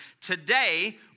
today